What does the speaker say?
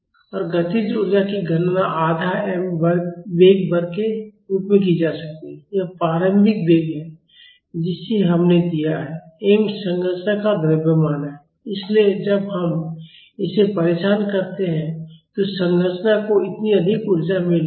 और गतिज ऊर्जा की गणना आधा m वेग वर्ग के रूप में की जा सकती है यह प्रारंभिक वेग है जिसे हमने दिया है m संरचना का द्रव्यमान है इसलिए जब हम इसे परेशान करते हैं तो संरचना को इतनी अधिक ऊर्जा मिल रही है